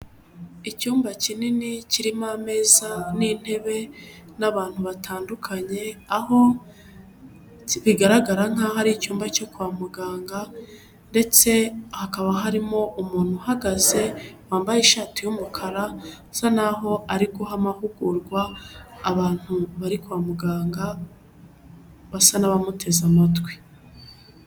Icyumba kinini kirimo ameza n'intebe n'abantu batandukanye, aho bigaragara nk'aho ari ari icyumba cyo kwa muganga ndetse hakaba harimo umuntu uhagaze wambaye ishati y'umukara bisa n'aho ari guha amahugurwa abantu bari kwa muganga basa n'abamuteze amatwi.